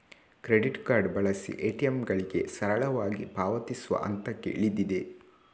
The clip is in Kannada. ಕ್ರೆಡಿಟ್ ಕಾರ್ಡ್ ಬಳಸಿ ಎ.ಟಿ.ಎಂಗಳಿಗೆ ಸರಳವಾಗಿ ಪಾವತಿಸುವ ಹಂತಕ್ಕೆ ಇಳಿದಿದೆ